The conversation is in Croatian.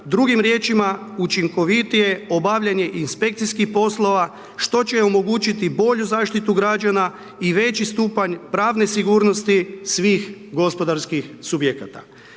drugim riječima učinkovitije obavljanje inspekcijskih poslova što će omogućiti bolju zaštitu građana i veći stupanj pravne sigurnosti svih gospodarskih subjekata.